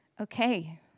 Okay